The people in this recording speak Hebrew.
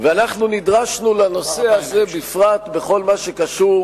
ואנחנו נדרשנו לנושא הזה בפרט בכל מה שקשור